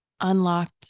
unlocked